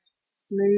smooth